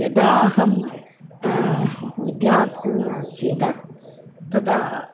यदा अहं विध्यार्थिनी आसं तदा